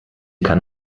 kann